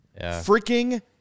Freaking